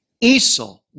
Esau